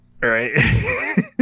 right